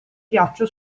ghiaccio